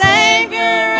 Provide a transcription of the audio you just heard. Savior